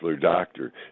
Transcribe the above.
doctor